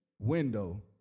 window